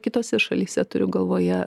kitose šalyse turiu galvoje